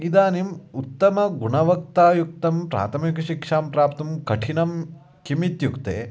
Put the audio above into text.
इदानीम् उत्तमगुणवत्ता युक्तं प्राथमिकशिक्षां प्राप्तुं कठिनं किम् इत्युक्ते